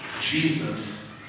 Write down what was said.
Jesus